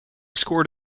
scored